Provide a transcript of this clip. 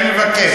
אני מבקש.